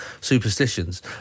superstitions